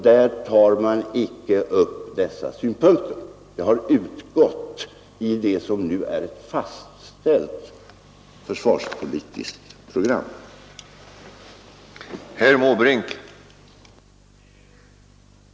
Där tar man icke upp dessa synpunkter, utan detta har utgått ur det, som nu är ett fastställt försvarspolitiskt program.